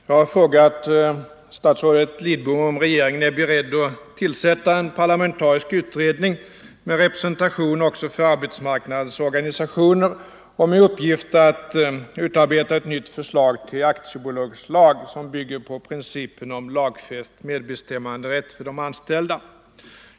Herr talman! Jag har frågat statsrådet Lidbom om regeringen är beredd att tillsätta en parlamentarisk utredning med representation också för arbetsmarknadens organisationer och med uppgift att utarbeta ett nytt förslag till aktiebolagslag som bygger på principen om lagfäst medbestämmanderätt för de anställda.